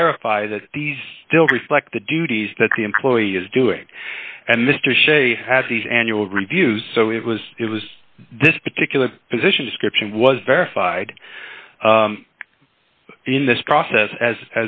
verify that these still reflect the duties that the employee is doing and mr sze has these annual reviews so it was it was this particular position description was verified in this process as